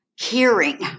hearing